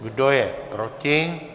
Kdo je proti?